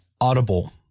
audible